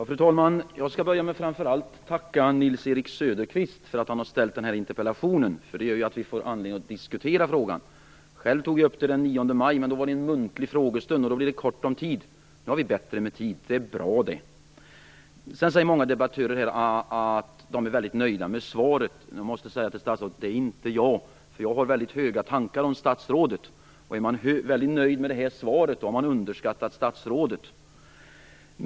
Fru talman! Jag skall börja med att tacka framför allt Nils-Erik Söderqvist för att han har framställt den här interpellationen. Det gör ju att vi får anledning att diskutera den här frågan. Själv tog jag upp den vid en muntlig frågestund den 9 maj, men då var det så ont om tid. Nu har vi bättre med tid. Det är bra. Många debattörer här säger att de är väldigt nöjda med svaret. Jag måste säga till statsrådet att det är inte jag. Jag har väldigt höga tankar om statsrådet. Är man väldigt nöjd med det här svaret, då har man underskattat statsrådet.